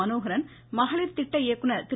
மனோகரன் மகளிர் திட்ட இயக்குநர் திரு